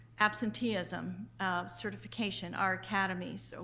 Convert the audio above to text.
absenteeism, um certifications, our academies, so